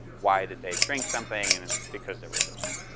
why did they drink something, and it's because they were thirsty.